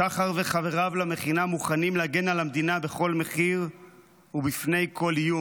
שחר וחבריו למכינה מוכנים להגן על המדינה בכל מחיר ובפני כל איום,